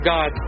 God